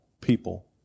people